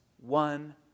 one